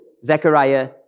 Zechariah